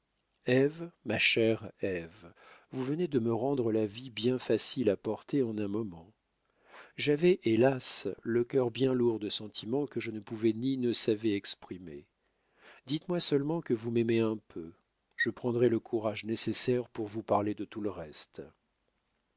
ma chère ève vous venez de me rendre la vie bien facile à porter en ce moment j'avais hélas le cœur bien lourd de sentiments que je ne pouvais ni ne savais exprimer dites-moi seulement que vous m'aimez un peu je prendrai le courage nécessaire pour vous parler de tout le reste